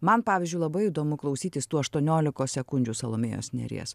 man pavyzdžiui labai įdomu klausytis tų aštuoniolikos sekundžių salomėjos nėries